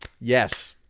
Yes